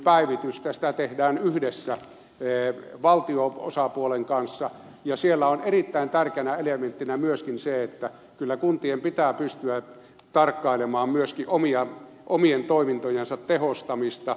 sitä tehdään yhdessä valtio osapuolen kanssa ja siellä on erittäin tärkeänä elementtinä myöskin se että kyllä kuntien pitää pystyä tarkkailemaan myöskin omien toimintojensa tehostamista